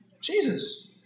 Jesus